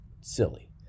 silly